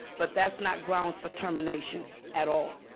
but that's not grounds for termination at all,